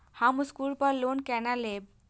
हम स्कूल पर लोन केना लैब?